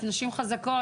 נשים חזקות,